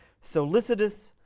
so lycidas,